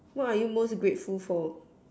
what are you most grateful for